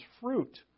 fruit